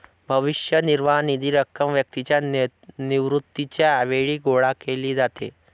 भविष्य निर्वाह निधीची रक्कम व्यक्तीच्या निवृत्तीच्या वेळी गोळा केली जाते